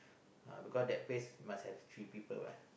uh because that pace must have three people what